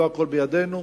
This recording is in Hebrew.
לא הכול בידינו,